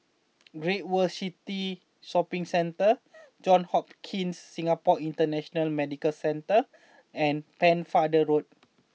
Great World City Shopping Centre Johns Hopkins Singapore International Medical Centre and Pennefather Road